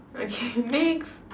okay next